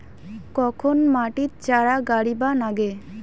কখন মাটিত চারা গাড়িবা নাগে?